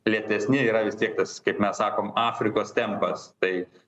lėtesni yra vis tiek tas kaip mes sakom afrikos tempas tai